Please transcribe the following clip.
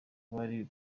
bari